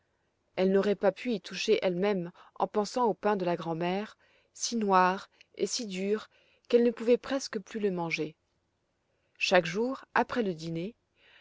elle n'aurait pas pu y toucher elle-même en pensant au pain de la grand'mère si noir et si dur qu'elle ne pouvait presque plus le manger chaque jour après le dîner